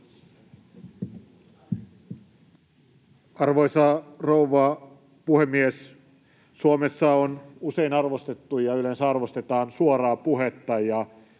Arvoisa rouva puhemies! Suomessa on usein arvostettu ja yleensä arvostetaan suoraa puhetta,